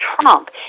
Trump